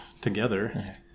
together